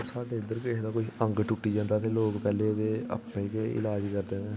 साढ़े इद्धर किसै दा कोई अंग टुट्टी जंदा ते लोक पैह्लें ते आपें गै इलाज करदे न